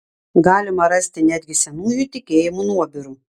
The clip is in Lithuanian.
galima rasti netgi senųjų tikėjimų nuobirų